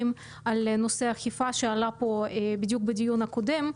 את נושא האכיפה שעלה פה בדיוק בדיון הקודם,